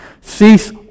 Cease